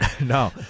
No